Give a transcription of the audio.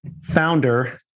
founder